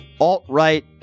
alt-right